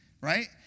right